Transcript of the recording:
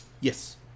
Yes